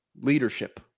Leadership